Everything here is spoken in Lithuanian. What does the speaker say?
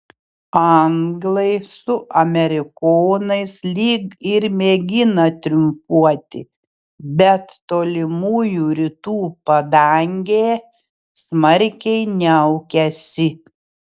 anglai su amerikonais lyg ir mėgina triumfuoti bet tolimųjų rytų padangė smarkiai niaukiasi